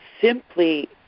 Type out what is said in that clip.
simply